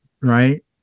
right